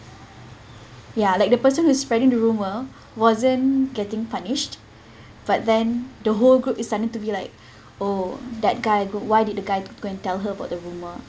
ya like the person who's spreading the rumour wasn't getting punished but then the whole group is starting to be like oh that guy why did the guy go and tell her about the rumour